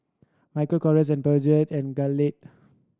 Michael Kors Peugeot and Glade